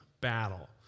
battle